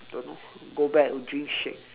don't know go back drink shake